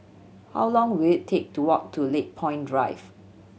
how long will it take to walk to Lakepoint Drive